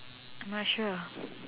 I'm not sure